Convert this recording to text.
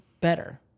better